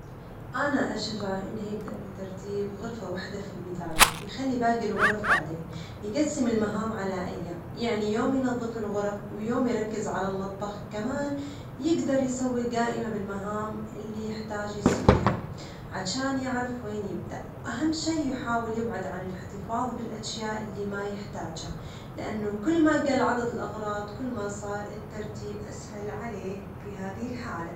أنا أشجعه إنه يبدأ بترتيب غرفة واحدة في البداية، ويترك باجي الغرف لبعدين، يجسم المهام على أيام، يعني يوم ينظف الغرف ويوم يركز على المطبخ ،كمان يجدر يسوي جائمة بالمهام اللي يحتاج يسويها، عشان يعرف وين يبدأ، أهم شيء يحاول يبعد عن الاحتفاظ بالأشياء اللي ما يحتاجها؛ لأنه كلما جل عدد الأغراض، كلما صار الترتيب أسهل عليه في هذه الحالة.